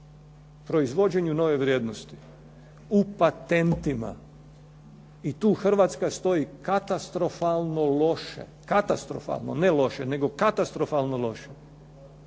proizvođenju nove vrijednosti, u patentima i tu Hrvatska stoji katastrofalno loše, ne loše nego katastrofalno loše